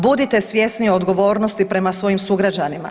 Budite svjesni odgovornosti prema svojim sugrađanima.